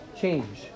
change